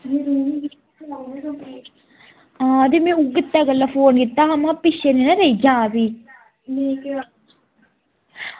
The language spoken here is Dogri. हां ते में इत्तै गल्ला फोन कीता हा में हा पिच्छे नेईं ना रेही जा फ्ही